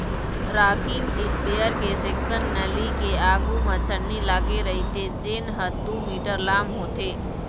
rocking spare के section नली के आघू म छन्नी लागे रहिथे जेन ह दू मीटर लाम होथे